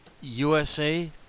USA